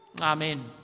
Amen